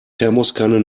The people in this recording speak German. thermoskanne